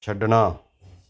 ਛੱਡਣਾ